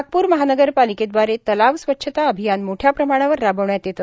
नागप्र महानगरपालिकेदवारे तलाव स्वच्छता अभियान मोठ्या प्रमाणावर राबविण्यात येते